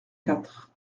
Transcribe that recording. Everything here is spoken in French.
quatre